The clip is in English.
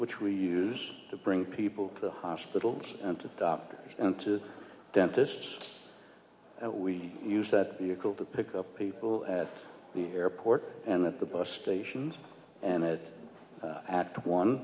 which we use to bring people to the hospitals and to doctors and to dentists that we use that vehicle to pick up people at the airport and at the bus stations and that at one